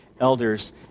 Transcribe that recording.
elders